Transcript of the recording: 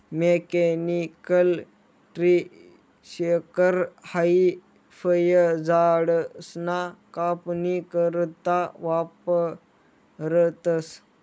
mechanical tree shaker हाई फयझाडसना कापनी करता वापरतंस